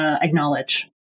acknowledge